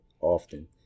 often